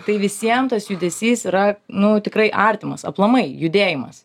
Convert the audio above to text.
tai visiem tas judesys yra nu tikrai artimas aplamai judėjimas